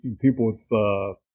people